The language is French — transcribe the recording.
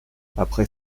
après